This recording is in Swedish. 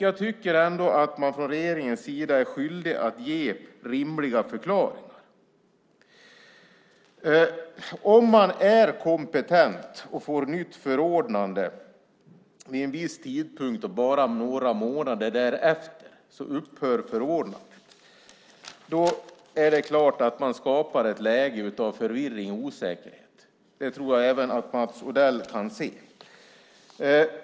Jag tycker ändå att man från regeringens sida är skyldig att ge rimliga förklaringar. Om man är kompetent och får ett nytt förordnande vid en viss tidpunkt och förordnandet upphör bara några månader därefter är det klart att det skapas ett läge av förvirring och osäkerhet. Det tror jag även att Mats Odell kan se.